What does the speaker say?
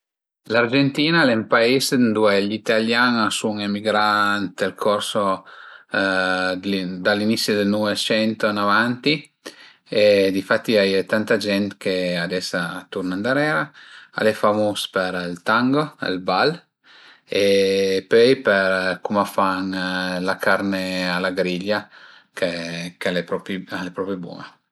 L'Argentina al e ün pais ëndua gli italian a sun emigrà ënt ël corso da l'inisi dël nusent ën avanti e di fatti a ie tante gent che ades a turna ëndarera, al e famus për ël tango, ël bal e pöi për cum a fan la carne a la griglia che ch'al e propi bun-a